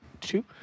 two